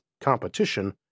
competition